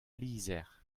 lizher